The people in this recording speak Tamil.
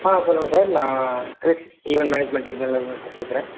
ஆ சொல்லுங்கள் சார் நான் க்ரிஸ் ஈவண்ட் மேனேஜ்மெண்ட் தான் சார் பேசுகிறேன்